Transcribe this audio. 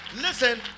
listen